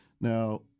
Now